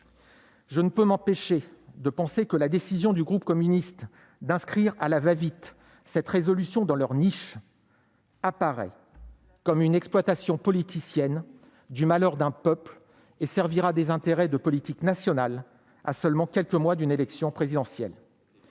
Je ne peux m'empêcher de penser que la décision du groupe communiste d'inscrire à la va-vite cette résolution à son ordre du jour réservé apparaît comme une exploitation politicienne du malheur d'un peuple et servira des intérêts de politique nationale, à seulement quelques mois d'une élection présidentielle.